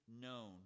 known